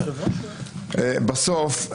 בסוף,